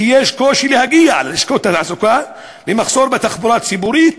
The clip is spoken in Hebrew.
כי יש קושי להגיע ללשכות התעסוקה כשיש מחסור בתחבורה ציבורית,